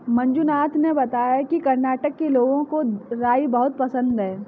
मंजुनाथ ने बताया कि कर्नाटक के लोगों को राई बहुत पसंद है